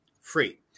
free